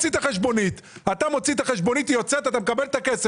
היא יוצאת, אתה מקבל את הכסף.